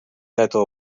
této